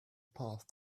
path